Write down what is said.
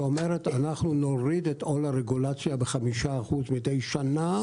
שאומרת: אנחנו נוריד את עול הרגולציה ב-5% מדי שנה,